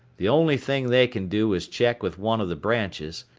the only thing they can do is check with one of the branches,